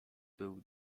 był